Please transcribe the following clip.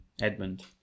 Edmund